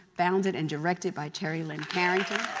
founded and directed by terry lynn carrington,